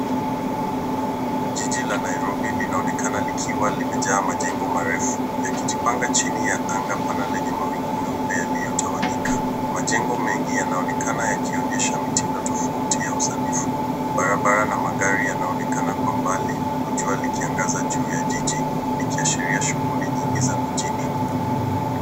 Jiji la Nairobi linaonekana likiwa limejaa majengo marefu yakijipanga chini ya anga pana lenye mawingu meupe yaliyotawanyika. Majengo mengi yanaonekana yakionyesha mitindo tofauti ya usanifu. Barabara na magari yanaonekana kwa mbali huku jua likiangaza juu ya jiji likiashiria shughuli nyingi za mijini.